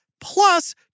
plus